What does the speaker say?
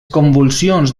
convulsions